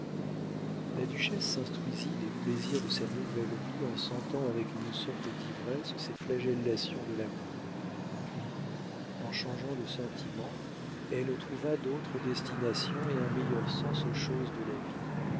la duchesse s'instruisit des plaisirs de sa nouvelle vie en sentant avec une sorte d'ivresse ces flagellations de l'amour puis en changeant de sentiments elle trouva d'autres destinations et un meilleur sens aux choses de la vie